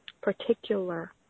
particular